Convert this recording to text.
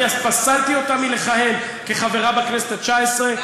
אני פסלתי אותה מלכהן כחברה בכנסת התשע-עשרה.